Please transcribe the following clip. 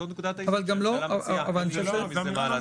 זה לא נכון.